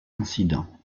incidents